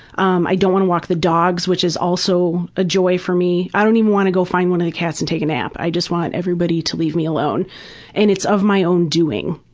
um i don't want to walk the dogs which is also a joy for me. i don't even want to go find one of the cats and take a nap. i just want everyone to leave me alone and it's of my own doing.